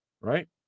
right